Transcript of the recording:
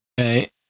Okay